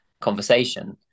conversation